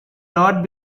not